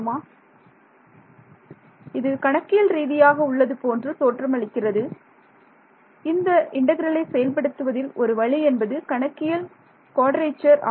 மாணவர் இது கணக்கியல் ரீதியாக உள்ளது போன்று தோற்றமளிக்கிறது மாணவர் இந்த இந்த இன்டெக்ரலை செயல்படுத்துவதில் ஒரு வழி என்பது கணக்கியல் குவாட்ரேச்சர் ஆகும்